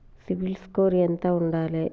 CIBIL score ఎంత ఉండాలే?